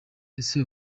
ese